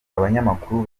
abanyamakuru